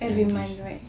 every month right